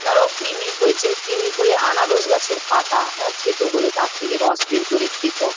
ধরো কৃমি হয়েছে কৃমি হলে আনারস গাছের পাতা থেঁতো করে তার থেকে রস বের করে খেত